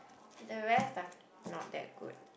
the rest are not that good